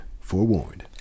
forewarned